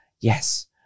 Yes